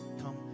come